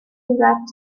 wrapped